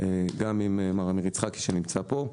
גם עם מר עמיר יצחקי שנמצא כאן.